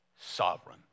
sovereign